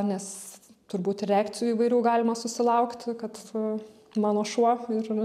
nes turbūt ir reakcijų įvairių galima susilaukti kad mano šuo ir